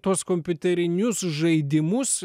tuos kompiuterinius žaidimus